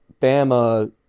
Bama